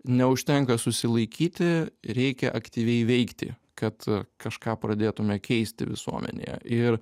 neužtenka susilaikyti reikia aktyviai veikti kad kažką pradėtume keisti visuomenėje ir